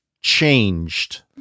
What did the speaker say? changed